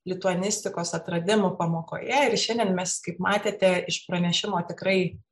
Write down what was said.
lituanistikos atradimų pamokoje ir šiandien mes kaip matėte iš pranešimo tikrai